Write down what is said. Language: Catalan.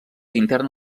interna